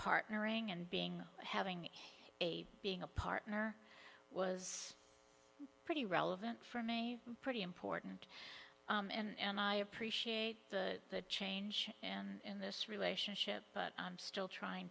partnering and being having a being a partner was pretty relevant for me pretty important and i appreciate the change and this relationship but i'm still trying